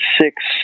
six